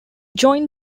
joined